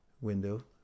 window